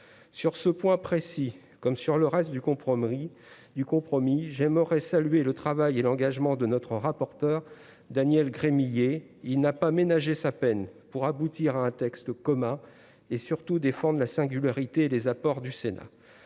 sur ce point précis, comme sur le reste du compromis du compromis j'aimerais saluer le travail et l'engagement de notre rapporteur Daniel Gremillet, il n'a pas ménagé sa peine pour aboutir à un texte commun et surtout défendent la singularité, les apports du Sénat,